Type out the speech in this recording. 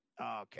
Okay